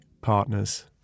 partners